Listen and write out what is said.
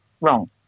Wrong